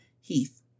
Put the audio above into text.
Heath